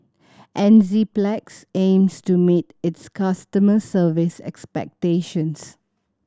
Enzyplex aims to meet its customers' service expectations